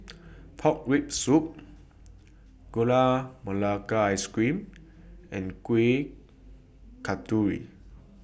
Pork Rib Soup Gula Melaka Ice Cream and Kuih Kasturi